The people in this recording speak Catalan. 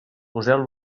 poseu